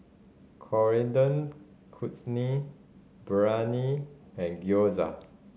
Coriander Chutney Biryani and Gyoza